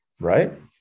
Right